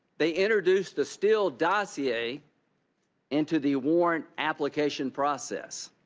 they introduce the steele dossier into the warrant application process.